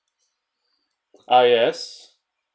ah yes